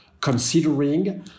considering